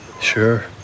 Sure